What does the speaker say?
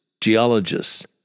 geologists